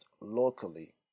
locally